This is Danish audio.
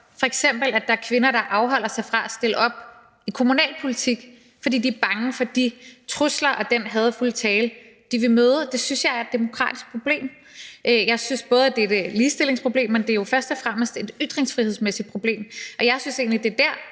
f.eks. er kvinder, der afholder sig fra at stille op i kommunalpolitik, fordi de er bange for de trusler og den hadefulde tale, de vil møde. Det synes jeg er et demokratisk problem. Jeg synes jo, at problemet både omhandler ligestilling og ytringsfrihed, men det er først og fremmest et ytringsfrihedsmæssigt problem. Og jeg synes egentlig, at det er der,